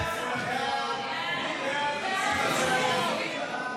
ד"ר ואטורי,